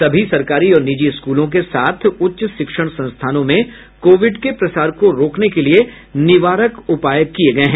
सभी सरकारी और निजी स्कूलों के साथ उच्च शिक्षण संस्थानों में कोविड के प्रसार को रोकने के लिए निवारक उपाय किये गये हैं